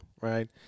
right